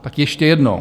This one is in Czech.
Tak ještě jednou.